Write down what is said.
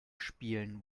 spielen